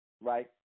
right